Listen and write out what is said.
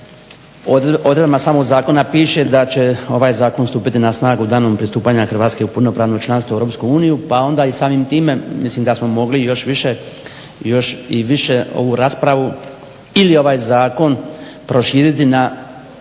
odredbama samog zakona piše da će ovaj zakon stupiti na snagu danom pristupanja Hrvatske u punopravno članstvo u EU. Pa onda i samim time, mislim da smo mogli i još više, još i više ovu raspravu ili ovaj zakon proširiti na veći